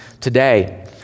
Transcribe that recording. today